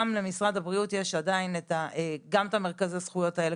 גם למשרד הבריאות יש עדיין גם את מרכזי הזכויות האלה,